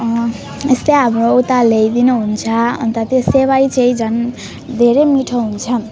जस्तै अब उता ल्याइदिनु हुन्छ अन्त त्यो सेवाई चाहिँ झन् धेरै मिठो हुन्छ